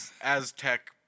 Aztec